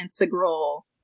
integral